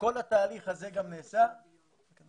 את זה